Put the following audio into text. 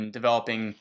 developing